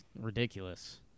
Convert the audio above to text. ridiculous